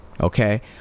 okay